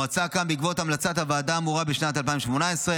המועצה קמה בעקבות המלצת הוועדה האמורה בשנת 2018,